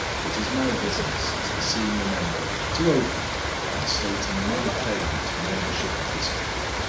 it is my business, as the senior member, to open by stating my claim to membership of this club.